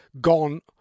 gone